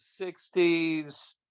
60s